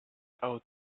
out